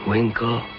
Winkle